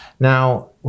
Now